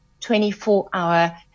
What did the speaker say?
24-hour